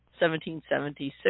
1776